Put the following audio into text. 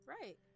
Right